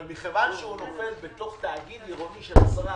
אבל מכיוון שהוא נופל בתוך תאגיד עירוני של 10%,